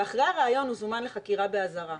ואחרי הריאיון הוא זומן לחקירה באזהרה.